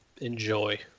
enjoy